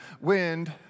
Wind